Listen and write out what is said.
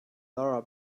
laura